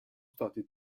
stati